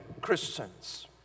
Christians